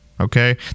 Okay